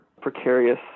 precarious